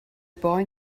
boy